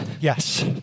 Yes